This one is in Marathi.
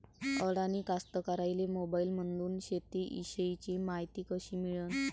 अडानी कास्तकाराइले मोबाईलमंदून शेती इषयीची मायती कशी मिळन?